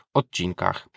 odcinkach